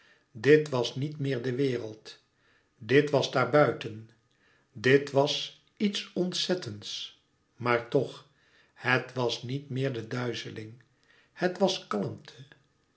dit was niet meer de wereld dit was daar buiten dit was iets ontzettends maar tch het was nièt meer de duizeling het was kalmte